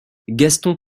gaston